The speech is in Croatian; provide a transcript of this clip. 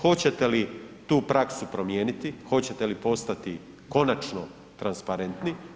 Hoćete li tu praksu promijeniti, hoćete li postati konačno transparentni?